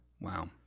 Wow